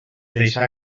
deixa